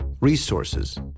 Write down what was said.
resources